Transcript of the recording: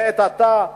לעת עתה,